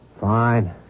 Fine